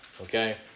Okay